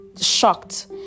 shocked